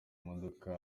imodoka